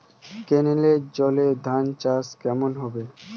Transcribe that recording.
কেনেলের জলে ধানচাষ কেমন হবে?